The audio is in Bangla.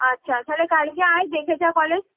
আচ্ছা তাহলে কালকে আয় দেখে যা কলেজ